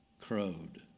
crowed